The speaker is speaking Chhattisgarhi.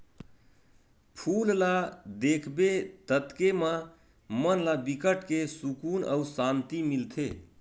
फूल ल देखबे ततके म मन ला बिकट के सुकुन अउ सांति मिलथे